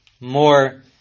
more